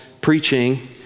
preaching